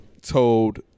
told